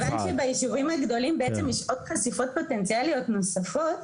כיוון שביישובים הגדולים יש בעצם עוד חשיפות פוטנציאליות נוספות